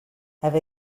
have